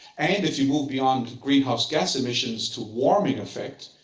and if you move beyond greenhouse gas emissions to warming effect,